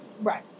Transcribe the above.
right